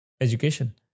education